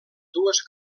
dues